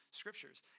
scriptures